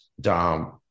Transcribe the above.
dom